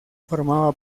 formaba